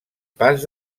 pas